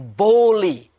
boldly